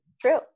True